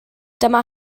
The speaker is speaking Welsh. dyma